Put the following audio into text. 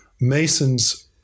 Mason's